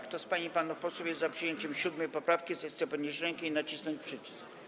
Kto z pań i panów posłów jest za przyjęciem 7. poprawki, zechce podnieść rękę i nacisnąć przycisk.